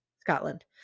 Scotland